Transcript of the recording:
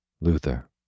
Luther